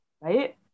right